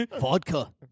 Vodka